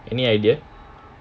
any idea